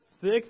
Six